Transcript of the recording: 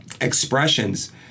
expressions